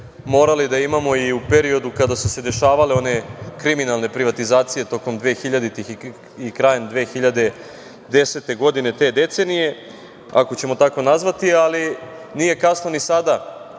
morali da imamo i u periodu kada su se dešavale one kriminalne privatizacije tokom 2000. godina i krajem 2010. godine te decenije, ako ćemo tako nazvati, ali nije kasno ni sada